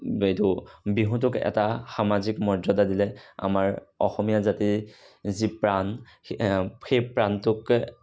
এইটো বিহুটোক এটা সামাজিক মৰ্যদা দিলে আমাৰ অসমীয়া জাতিৰ যি প্ৰাণ সেই প্ৰাণটোকে